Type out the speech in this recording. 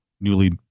newly